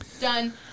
done